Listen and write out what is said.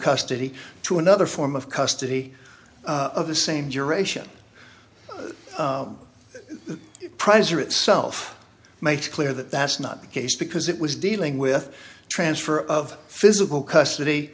custody to another form of custody of the same duration prize are itself made clear that that's not the case because it was dealing with transfer of physical custody